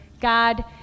God